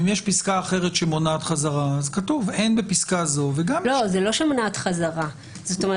אם יש פסקה אחרת שמונעת חזרה אז כתוב 'אין בפסקה זו' וגם --- לא,